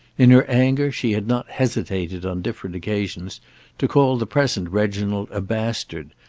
in her anger she had not hesitated on different occasions to call the present reginald a bastard,